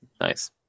Nice